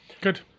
Good